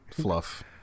fluff